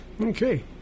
Okay